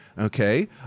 okay